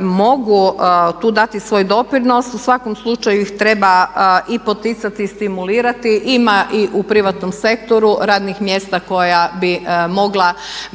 mogu tu dati svoj doprinos? U svakom slučaju ih treba i poticati i stimulirati. Ima i u privatnom sektoru radnih mjesta koja bi mogla biti